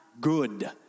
good